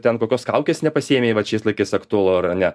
ten tokios kaukės nepasiėmei vat šiais laikais aktualu ar ne